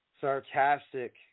sarcastic